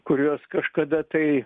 kuriuos kažkada tai